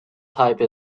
type